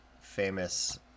famous